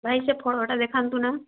ଭାଇ ସେ ଫଳଟା ଦେଖାନ୍ତୁ ନା